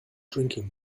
drinking